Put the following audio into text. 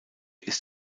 ist